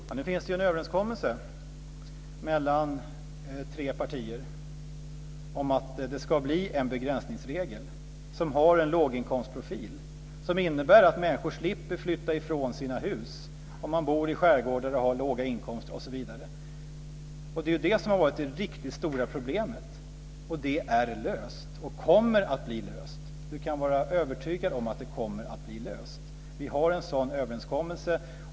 Fru talman! Nu finns det ju en överenskommelse mellan tre partier om att det ska bli en begränsningsregel som har en låginkomstprofil som innebär att människor slipper flytta ifrån sina hus om man bor i skärgårdar och har låga inkomster osv. Det är ju det som har varit det riktigt stora problemet, och det är löst och kommer att bli löst. Helena Höij kan vara övertygad om att det kommer att bli löst. Vi har en sådan överenskommelse.